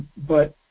but,